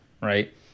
Right